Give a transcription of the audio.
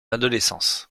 adolescence